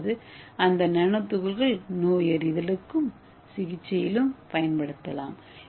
அதாவது அதே நானோ துகள்கள் நோயறிதலுக்கும் சிகிச்சையிலும் பயன்படுத்தப்படலாம்